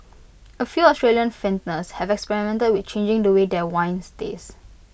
A few Australian vintners have experimented with changing the way their wines taste